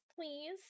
please